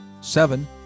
Seven